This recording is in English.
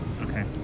okay